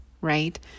right